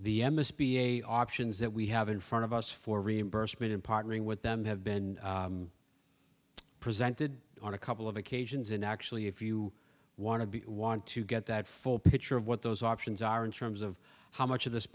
s b a options that we have in front of us for reimbursement and partnering with them have been presented on a couple of occasions in actually if you want to be want to get that full picture of what those options are in terms of how much of this